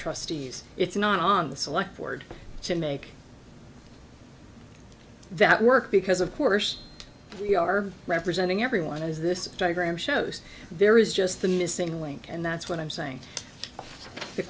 trustees it's not on the select board to make that work because of course we are representing everyone as this diagram shows there is just the missing link and that's what i'm saying the